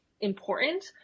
important